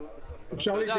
סעיף 5, בבקשה.